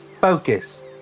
focus